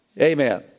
Amen